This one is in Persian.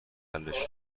حلش